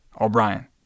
o'brien